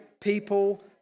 people